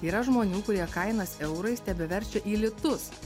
yra žmonių kurie kainas eurais tebeverčia į litus